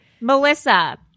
Melissa